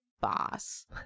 boss